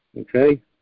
okay